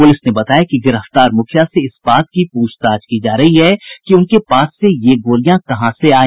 प्रलिस ने बताया कि गिरफ्तार मुखिया से इस बात की पूछताछ की जा रही है कि उनके पास ये गोलियां कहां से आई